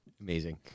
amazing